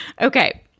okay